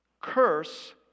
curse